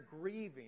grieving